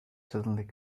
suddenly